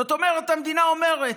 זאת אומרת המדינה אומרת: